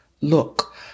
look